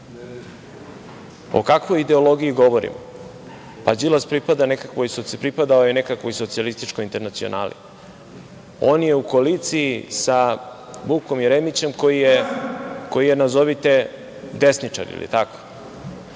O kakvoj ideologiji govorim? Đilas je pripadao nekakvoj socijalističkoj internacionali. On je u koaliciji sa Vukom Jeremićem koji je, nazovite, desničar, da li je tako?